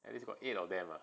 at least got eight of them lah